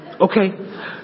Okay